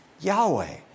Yahweh